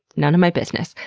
none of my business.